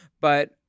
but-